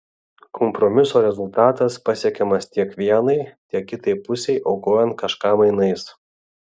kompromiso rezultatas pasiekiamas tiek vienai tiek kitai pusei aukojant kažką mainais